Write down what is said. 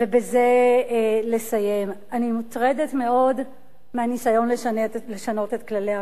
ובזה לסיים: אני מוטרדת מאוד מהניסיון לשנות את כללי המשחק.